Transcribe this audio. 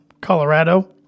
Colorado